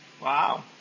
Wow